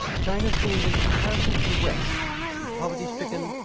china seemed in comparison to the west to be poverty-stricken,